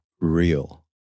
real